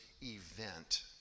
event